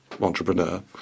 entrepreneur